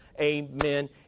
Amen